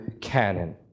canon